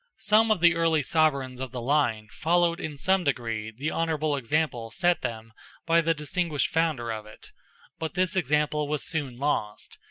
some of the early sovereigns of the line followed in some degree the honorable example set them by the distinguished founder of it but this example was soon lost,